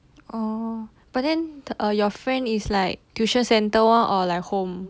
orh but then the uh your friend is like tuition centre one or like home